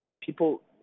people